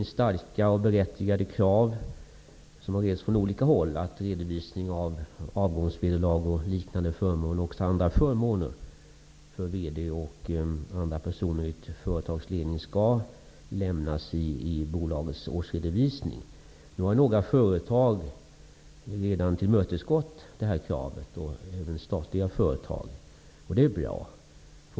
Starka och berättigade krav har rests från olika håll på att redovisning av avgångsvederlag och liknande förmåner för VD och andra personer i ett företags ledning skall lämnas i bolagets årsredovisning. Några företag har redan tillmötesgått detta krav, däribland även statliga företag. Det är bra.